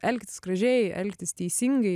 elgtis gražiai elgtis teisingai